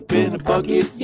in a bucket, yeah